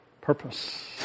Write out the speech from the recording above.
purpose